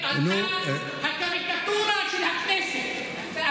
אתה הקריקטורה של הכנסת.